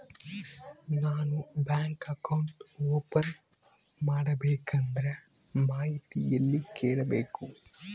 ನಾನು bank account open ಮಾಡಬೇಕಂದ್ರ ಮಾಹಿತಿ ಎಲ್ಲಿ ಕೇಳಬೇಕು?